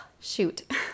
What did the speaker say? shoot